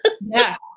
Yes